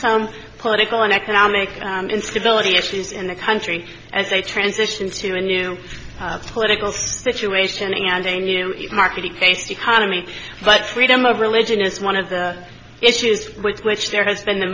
some political and economic instability issues in the country as a transition to a new political situation and a new marketing based economy but freedom of religion is one of the issues with which there has been the